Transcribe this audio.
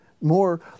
more